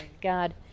God